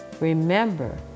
remember